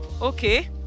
okay